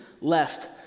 left